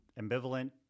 ambivalent